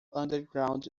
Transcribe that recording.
underground